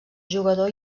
jugador